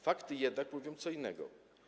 Fakty jednak mówią co innego.